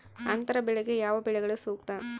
ಅಂತರ ಬೆಳೆಗೆ ಯಾವ ಬೆಳೆಗಳು ಸೂಕ್ತ?